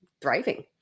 thriving